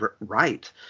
right